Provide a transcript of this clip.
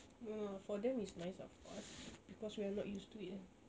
no lah for them it's nice of course because we're not used to it kan